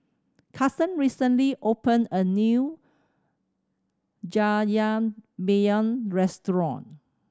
Karson recently opened a new Jajangmyeon Restaurant